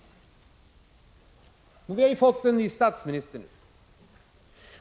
Vi har nu fått en ny statsminister.